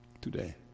today